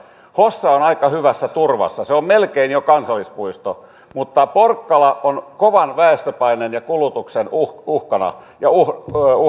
hossa on aika hyvässä turvassa se on melkein jo kansallispuisto mutta porkkala on kovan väestöpaineen ja kulutuksen uhkaamana